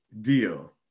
deal